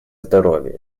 здоровья